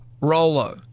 Rolo